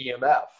EMF